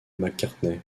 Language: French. mccartney